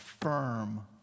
firm